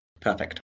Perfect